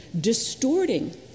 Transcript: distorting